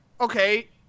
Okay